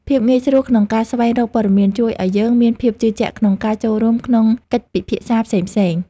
ភាពងាយស្រួលក្នុងការស្វែងរកព័ត៌មានជួយឱ្យយើងមានភាពជឿជាក់ក្នុងការចូលរួមក្នុងកិច្ចពិភាក្សាផ្សេងៗ។